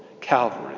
Calvary